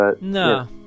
No